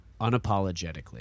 Unapologetically